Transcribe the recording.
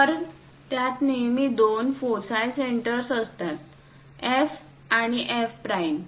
तर त्यात नेहमी दोन फोसाय सेंटर्स असतात F आणि F प्राइम